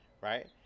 Right